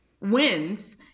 wins